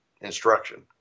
instruction